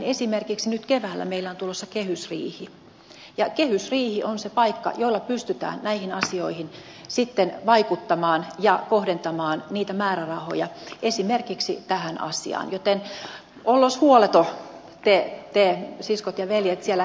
esimerkiksi nyt keväällä meillä on tulossa kehysriihi ja kehysriihi on se paikka jossa pystytään näihin asioihin sitten vaikuttamaan ja kohdentamaan niitä määrärahoja esimerkiksi tähän asiaan joten ollos huoleton te siskot ja veljet siellä keskustapuolueessa